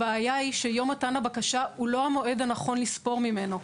הבעיה היא שיום מתן הבקשה הוא לא המועד הנכון לספור ממנו.